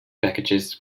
packages